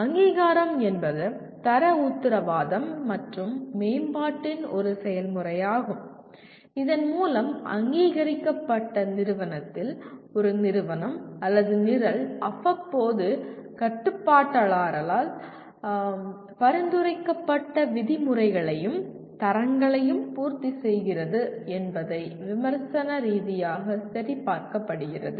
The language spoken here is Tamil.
அங்கீகாரம் என்பது தர உத்தரவாதம் மற்றும் மேம்பாட்டின் ஒரு செயல்முறையாகும் இதன்மூலம் அங்கீகரிக்கப்பட்ட நிறுவனத்தில் ஒரு நிறுவனம் அல்லது நிரல் அவ்வப்போது கட்டுப்பாட்டாளரால் பரிந்துரைக்கப்பட்ட விதிமுறைகளையும் தரங்களையும் பூர்த்தி செய்கிறது என்பதை விமர்சன ரீதியாக சரி பார்க்கப்படுகிறது